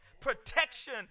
Protection